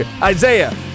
Isaiah